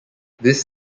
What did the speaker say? this